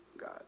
God